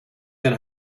den